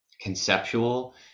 conceptual